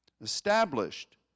Established